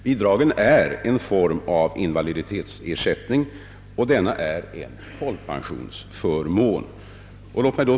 Bidragen är en form av invaliditetsersättning, och denna är en folkpensionsförmån.